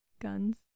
guns